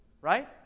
Right